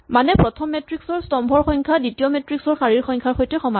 মানে প্ৰথম মেট্ৰিক্স ৰ স্তম্ভৰ সংখ্যা দ্বিতীয় মেট্ৰিক্স ৰ শাৰীৰ সংখ্যাৰ সৈতে সমান